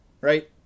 right